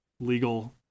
legal